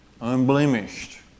unblemished